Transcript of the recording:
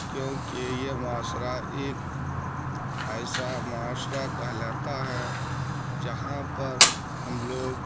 کیوںکہ یہ معاشرہ ایک ایسا معاشرہ کہلاتا ہے جہاں پر ہم لوگ